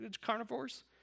carnivores